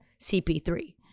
CP3